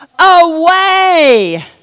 away